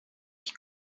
qui